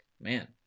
man